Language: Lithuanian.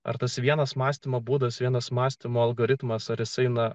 ar tas vienas mąstymo būdas vienas mąstymo algoritmas kuris eina